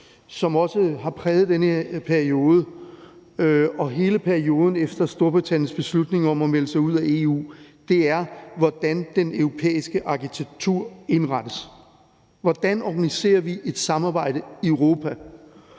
som også har præget den her periode og hele perioden efter Storbritanniens beslutning om at melde sig ud af EU, er, hvordan den europæiske arkitektur indrettes. Hvordan organiserer vi et samarbejde i Europa?